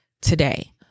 today